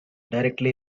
directly